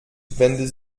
wenden